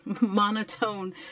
monotone